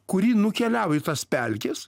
kuri nukeliavo į tas pelkes